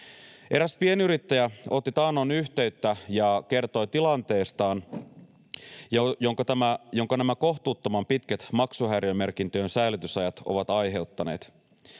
Eräs pienyrittäjä otti taannoin yhteyttä ja kertoi tilanteestaan, jonka nämä kohtuuttoman pitkät maksuhäiriömerkintöjen säilytysajat ovat aiheuttaneet.